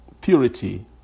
purity